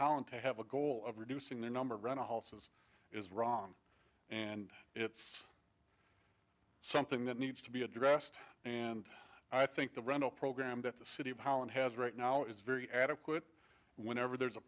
holland to have a goal of reducing the number of rent a house is is wrong and it's something that needs to be addressed and i think the rental program that the city of holland has right now is very adequate whenever there's a